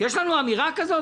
יש לנו אמירה כזאת?